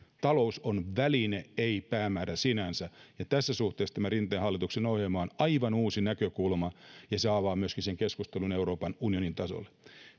talous on väline ei päämäärä sinänsä ja tässä suhteessa tämä rinteen hallituksen ohjelma on aivan uusi näkökulma ja se myöskin avaa keskustelun euroopan unionin tasolle